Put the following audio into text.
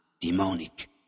demonic